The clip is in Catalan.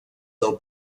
del